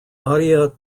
area